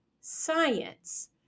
science